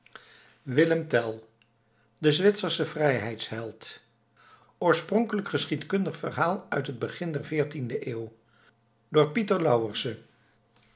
willem tell de zwitsersche vrijheidsheld oorspronkelijk geschiedkundig verhaal uit het begin der veertiende eeuw door